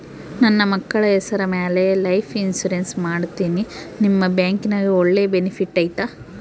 ನನ್ನ ಮಕ್ಕಳ ಹೆಸರ ಮ್ಯಾಲೆ ಲೈಫ್ ಇನ್ಸೂರೆನ್ಸ್ ಮಾಡತೇನಿ ನಿಮ್ಮ ಬ್ಯಾಂಕಿನ್ಯಾಗ ಒಳ್ಳೆ ಬೆನಿಫಿಟ್ ಐತಾ?